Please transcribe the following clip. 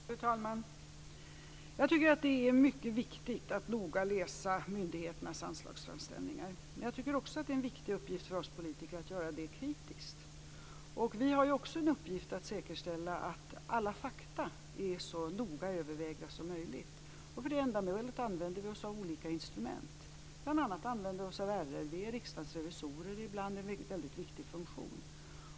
Fru talman! Jag tycker att det är mycket viktigt att noga läsa myndigheternas anslagsframställningar. Men jag tycker också att det är en viktig uppgift för oss politiker att göra det kritiskt. Vi har också en uppgift att säkerställa att alla fakta är så noga övervägda som möjligt. För det ändamålet använder vi oss av olika instrument. Vi använder oss bl.a. av RRV. Riksdagens revisorer är ibland en mycket viktig funktion.